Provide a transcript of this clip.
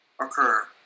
occur